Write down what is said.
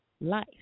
life